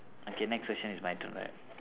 okay next question is my turn right